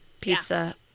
pizza